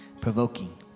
provoking